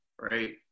Right